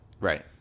Right